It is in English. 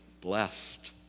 blessed